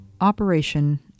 Operation